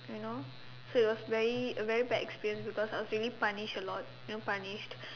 you know so it was very a very bad experience because I was really punished a lot you know punished